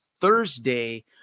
Thursday